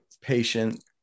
patient